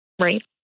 Right